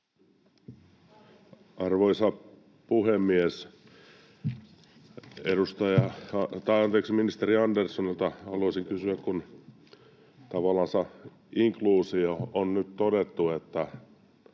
Arvoisa puhemies! Ministeri Anderssonilta haluaisin kysyä, kun tavallansa inkluusiosta on nyt todettu, että